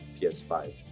PS5